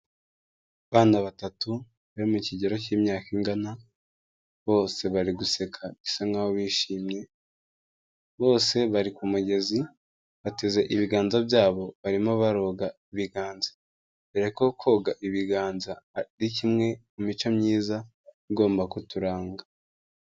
Abana batatu bari mu kigero cy'imyaka ingana, bose bari guseka bisa nk'aho bishimye, bose bari ku kumugezi bateze ibiganza byabo barimo baroga ibiganza, dore ko koga ibiganza ari kimwe mu mico myiza igomba kuturanga.